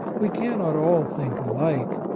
we cannot all think alike,